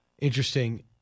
Interesting